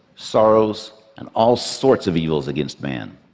sorrows, and all sorts of evils against man.